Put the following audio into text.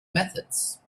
methods